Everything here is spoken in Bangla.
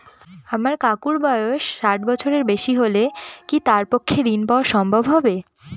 আমার কাকুর বয়স ষাট বছরের বেশি হলে কি তার পক্ষে ঋণ পাওয়া সম্ভব হবে?